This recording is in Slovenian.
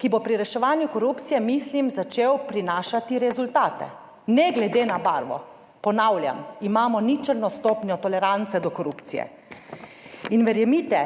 ki bo pri reševanju korupcije, mislim, začel prinašati rezultate. Ne glede na barvo! Ponavljam, imamo ničelno stopnjo tolerance do korupcije. In verjemite,